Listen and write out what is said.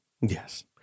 Yes